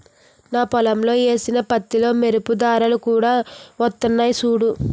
నా పొలంలో ఏసిన పత్తిలో మెరుపు దారాలు కూడా వొత్తన్నయ్ సూడూ